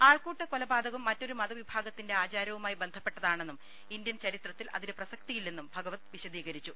ആൾകൂട്ട കൊലപാ തകം മറ്റൊരു മതവിഭാഗത്തിന്റെ ആച്ചാർവുമായി ബന്ധപ്പെട്ടതാ ണെന്നും ഇന്ത്യൻ ചരിത്രത്തിൽ അതിന് പ്രസക്തിയില്ലെന്നും ഭഗ വത് വിശദീകരിച്ചു